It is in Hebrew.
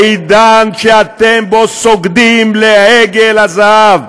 עידן שאתם בו סוגדים לעגל הזהב,